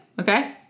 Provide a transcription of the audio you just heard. okay